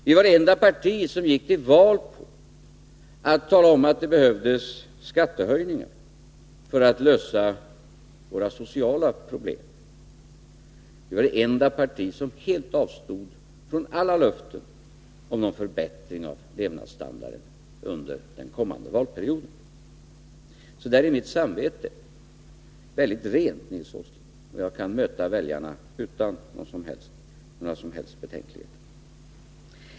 Vi var det enda parti som gick till val med att tala om att det behövdes skattehöjningar för att lösa våra sociala problem. Vi var det enda parti som helt avstod från alla löften om någon förbättring av levnadsstandarden under den kommande valperioden. Mitt samvete är alltså mycket rent, Nils Åsling, och jag kan möta väljarna utan några som helst betänkligheter.